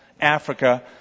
Africa